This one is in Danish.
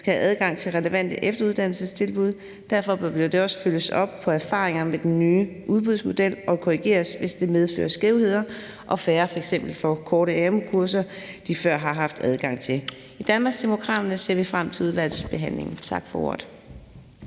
skal have adgang til relevante efteruddannelsestilbud. Derfor bør der også følges op på erfaringer med den nye udbudsmodel og korrigeres, hvis det medfører skævheder og færre f.eks. får korte amu-kurser, de før har haft adgang til. I Danmarksdemokraterne ser vi frem til udvalgsbehandlingen. Tak for ordet.